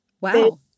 Wow